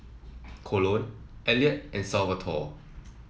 Colon Elliot and Salvatore